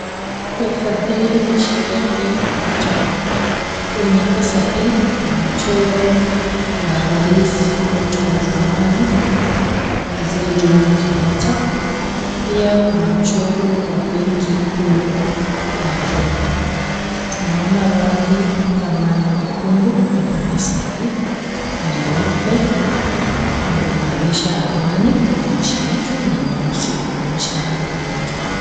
Pesa hii ni shilingi mia tano. Kwenye pesa hii, kuna mchoro wa rais wetu wa zamani mzee Jomo Kenyatta, pia kuna mchoro wa benki kuu ya Kenya. Tunaona rangi kama nyekundu kwenye pesa hii, nyeupe kumaanisha amani kwenye nchi yetu, na nyeusi kumaanisha rangi yetu.